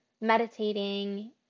meditating